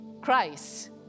Christ